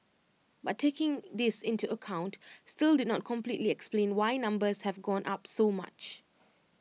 but taking this into account still did not completely explain why numbers have gone up so much